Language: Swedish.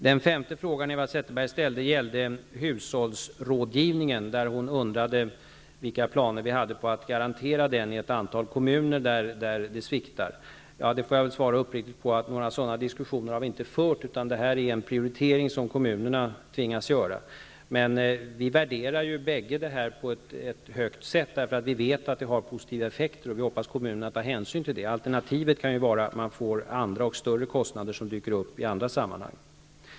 Den femte frågan som Eva Zetterbeg ställde gällde hushållsrådgivningen. Hon undrade vilka planer vi hade på att garantera den i ett antal kommuner där det sviktar. Jag får väl svara uppriktigt och säga att vi inte har fört några sådana diskussioner, utan det här är en prioritering som kommunerna tvingas göra. Men vi värderar ju båda det här högt, för vi vet att det har positiva effekter. Vi hoppas att kommunerna tar hänsyn till detta. Alternativet kan bli att man får andra och större kostnader i andra sammanhang.